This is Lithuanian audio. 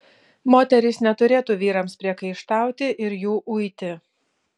moterys neturėtų vyrams priekaištauti ir jų uiti